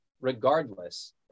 Regardless